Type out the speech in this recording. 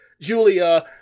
Julia